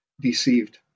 deceived